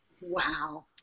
Wow